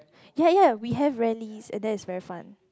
ya ya we have rallies and that is very fun